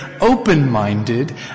open-minded